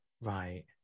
Right